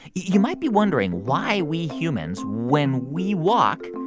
you might be wondering why we humans, when we walk,